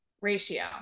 ratio